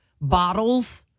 bottles